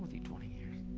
be twenty years.